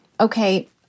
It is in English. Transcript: okay